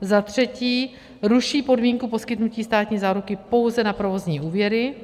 Za třetí ruší podmínku poskytnutí státní záruky pouze na provozní úvěry.